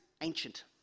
ancient